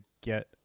get